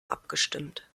abgestimmt